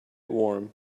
warm